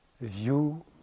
view